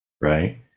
right